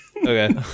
Okay